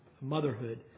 motherhood